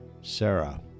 Sarah